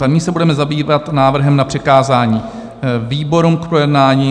A nyní se budeme zabývat návrhem na přikázání výborům k projednání.